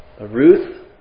Ruth